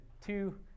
two